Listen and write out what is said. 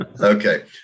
Okay